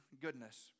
goodness